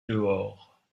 dehors